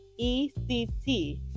ECT